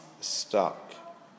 stuck